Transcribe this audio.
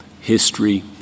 history